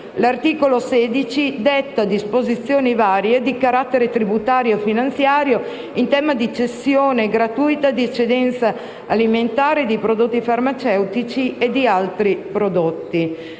L'articolo 16 detta disposizioni varie, di carattere tributario e finanziario, in tema di cessione gratuita delle eccedenze alimentari, dei prodotti farmaceutici e di altri prodotti.